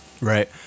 Right